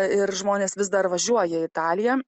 ir žmonės vis dar važiuoja į italiją